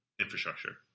infrastructure